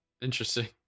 Interesting